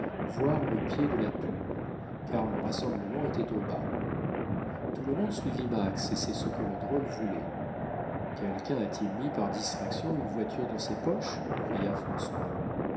voir le pied de la tour car le rassemblement était au bas tout le monde suivit max et c'est ce que le drôle voulait quelqu'un a-t-il mis par distraction une voiture dans ses poches cria françois